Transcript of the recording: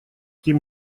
тем